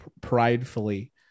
pridefully